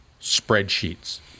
spreadsheets